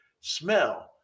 smell